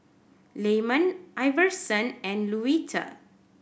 Lyman Iverson and Luetta